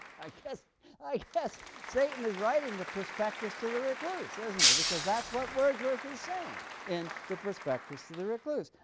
i guess i guess satan is writing the prospectus to the recluse, isn't he, because that's what wordsworth is saying in the prospectus to the recluse.